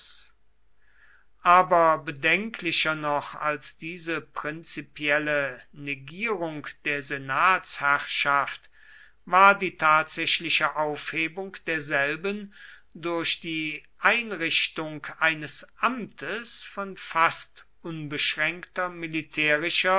aber bedenklicher noch als diese prinzipielle negierung der senatsherrschaft war die tatsächliche aufhebung derselben durch die einrichtung eines amtes von fast unbeschränkter militärischer